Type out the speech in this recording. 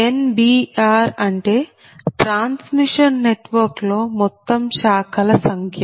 NBR అంటే transmission network లో మొత్తం శాఖల సంఖ్య